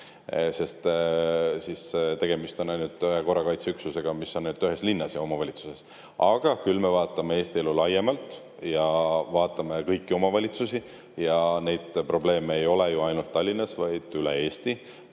sest tegemist on ainult ühe korrakaitseüksusega, mis on ühes linnas ja omavalitsuses. Küll aga me vaatame Eesti elu laiemalt ja vaatame kõiki omavalitsusi. Neid probleeme ei ole ju ainult Tallinnas, vaid üle Eesti.